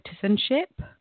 citizenship